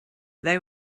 they